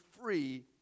free